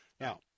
Now